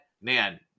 man